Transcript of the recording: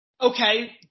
okay